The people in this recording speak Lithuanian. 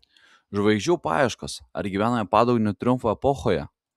žvaigždžių paieškos ar gyvename padugnių triumfo epochoje